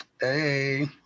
Hey